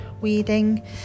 weeding